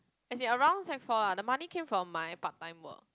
as in around sec four lah the money came from my part time work